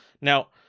Now